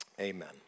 amen